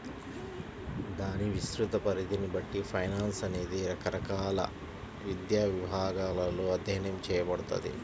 దాని విస్తృత పరిధిని బట్టి ఫైనాన్స్ అనేది రకరకాల విద్యా విభాగాలలో అధ్యయనం చేయబడతది